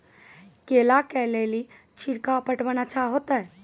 केला के ले ली छिड़काव पटवन अच्छा होते?